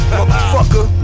Motherfucker